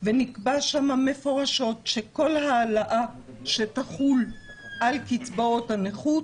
ונקבע שם מפורשות שכל העלאה שתחול על קצבאות הנכות